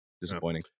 disappointing